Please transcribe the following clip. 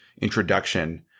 introduction